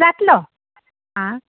जातलो आं